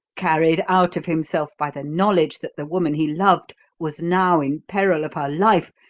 carried out of himself by the knowledge that the woman he loved was now in peril of her life,